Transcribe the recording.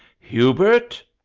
hubert!